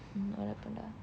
mm what happen to her